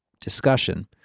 discussion